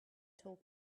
talk